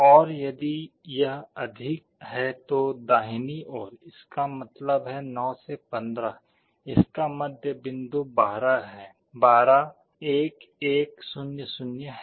और यदि यह अधिक है तो दाहिनी ओर इसका मतलब है 9 से 15 इसका मध्य बिंदु 12 है 12 1100 है